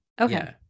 Okay